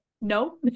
No